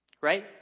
Right